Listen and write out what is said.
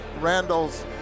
Randall's